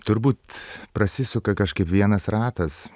turbūt prasisuka kažkaip vienas ratas